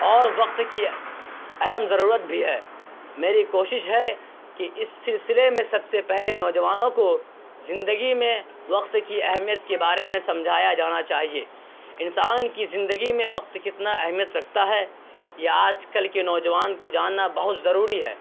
اور وقت کی اہم ضرورت بھی ہے میری کوشش ہے کہ اس سلسلے میں سب سے پہلے نوجوانوں کو زندگی میں وقت کی اہمیت کے بارے میں سمجھایا جانا چاہیے انسان کی زندگی میں وقت کتنا اہمیت رکھتا ہے یہ آج کل کے نوجوان کو جاننا بہت ضروری ہے